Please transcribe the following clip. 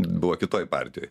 buvo kitoj partijoj